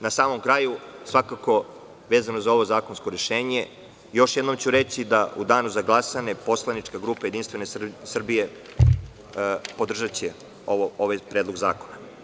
Na samom kraju, svakako vezano za ovo zakonsko rešenje, još jednom ću reći da u danu za glasanje poslanička grupe JS podržaće ovaj predlog zakona.